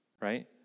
Right